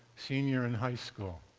senior in high school.